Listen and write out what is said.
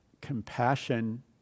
compassion